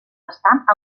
bastant